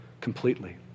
completely